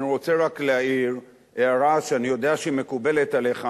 אני רוצה רק להעיר הערה שאני יודע שהיא מקובלת עליך,